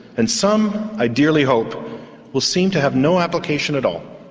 and some i dearly hope will seem to have no application at all.